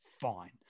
fine